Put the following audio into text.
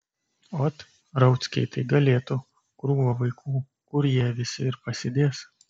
ot rauckiai tai galėtų krūva vaikų kur jie visi ir pasidės